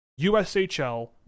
ushl